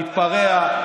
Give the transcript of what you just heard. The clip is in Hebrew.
להתפרע,